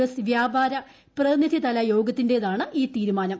S വ്യാപാര പ്രതിനിധി തല യോഗത്തിന്റേതാണ് തീരുമാനം